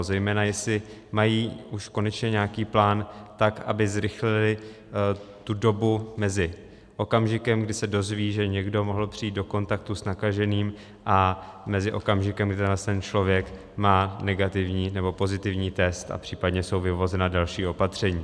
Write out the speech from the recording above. Zejména jestli mají už konečně nějaký plán, tak aby zrychlili tu dobu mezi okamžikem, kdy se dozvědí, že někdo mohl přijít do kontaktu s nakaženým, a okamžikem, kdy ten člověk má negativní nebo pozitivní test a případně jsou vyvozena další opatření.